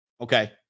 Okay